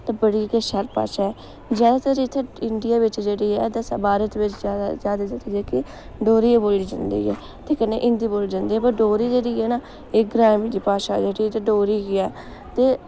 ते बड़ी गै शैल भाशा ऐ जैदातर इत्थै इंडिया बिच्च जेह्ड़ी ऐ भारत बिच्च जैदा जेह्की डोगरी गै बोली जंदी ऐ ते कन्नै हिंदी बोली जंदी ऐ पर डोगरी जेह्ड़ी ऐ ना एह् ग्रामीन दी भाशा ऐ इत्थैं डोगरी ऐ ते